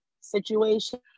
situation